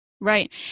Right